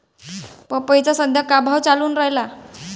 पपईचा सद्या का भाव चालून रायला?